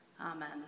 Amen